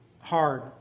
hard